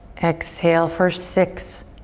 exhale for six,